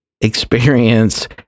experience